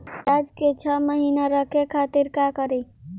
प्याज के छह महीना रखे खातिर का करी?